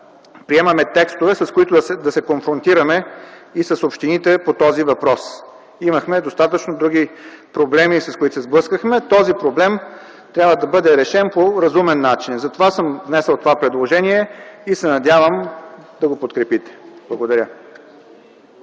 приемаме текстове, с които да се конфронтираме и с общините по този въпрос. Имахме достатъчно други проблеми, с които се сблъсквахме. Този проблем трябва да бъде решен по разумен начин. Затова съм внесъл това предложение и се надявам да го подкрепите. Благодаря.